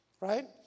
right